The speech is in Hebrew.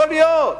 יכול להיות.